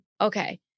Okay